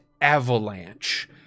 avalanche